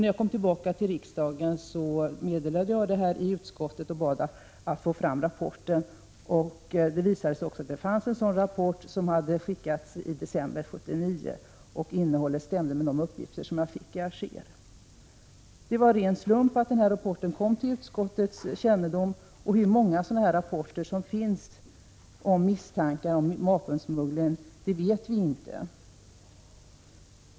När jag kom tillbaka till riksdagen meddelade jag detta i utskottet och bad att få fram rapporten. Det visade sig också att det fanns en sådan rapport som hade skickats i december 1979. Innehållet stämde med de uppgifter jag fick i Alger. Det var en ren slump att denna rapport kom till utskottets kännedom. Hur många sådana rapporter med misstankar om smuggling som finns vet vi inte.